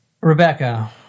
rebecca